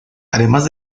además